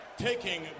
taking